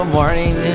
morning